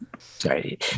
sorry